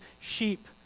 sheep